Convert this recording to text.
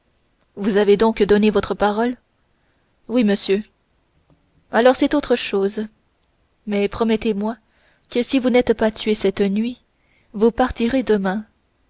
vous avez donc donné votre parole oui monsieur alors c'est autre chose mais promettez-moi que si vous n'êtes pas tué cette nuit vous partirez demain